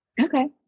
Okay